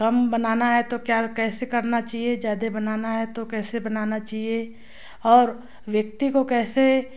कम बनाना है तो क्या कैसे करना चाहिए ज़्यादे बनाना है तो कैसे बनाना चाहिए और व्यक्ति को कैसे